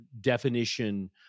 definition